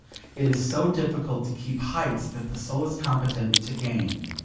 it is so difficult to keep heights that the soul is competent to gain